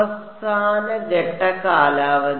അവസാനഘട്ട കാലാവധി